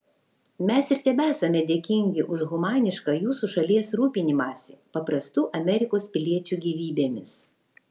mes ir tebesame dėkingi už humanišką jūsų šalies rūpinimąsi paprastų amerikos piliečių gyvybėmis